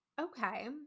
Okay